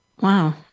Wow